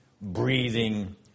breathing